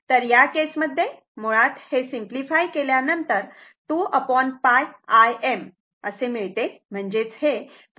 तर या केसमध्ये मुळात हे सिंपलिफाय केल्यानंतर 2 π Im असे मिळते म्हणजेच हे 0